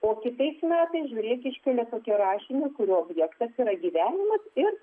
o kitais metais žiūrėk iškelia tokį rašinį kurio objektas yra gyvenimas ir